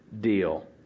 deal